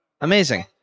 Amazing